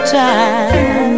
time